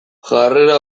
jarrera